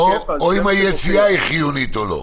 או אם היציאה היא חיונית או לא.